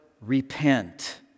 repent